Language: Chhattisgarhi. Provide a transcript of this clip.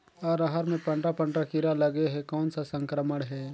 अरहर मे पंडरा पंडरा कीरा लगे हे कौन सा संक्रमण हे?